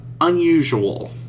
unusual